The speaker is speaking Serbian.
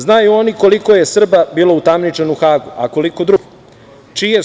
Znaju oni koliko je Srba bilo utamničeno u Hagu, a koliko drugih.